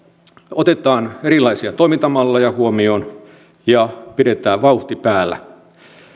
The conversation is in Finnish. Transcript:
otetaan erilaisia toimintamalleja huomioon ja pidetään vauhti päällä